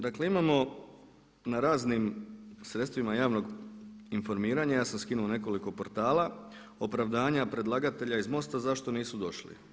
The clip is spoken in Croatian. Dakle imamo na raznim sredstvima javnog informiranja, ja sam skinuo nekoliko portala, opravdanja predlagatelja iz MOST-a zašto nisu došli.